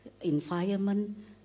environment